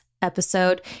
episode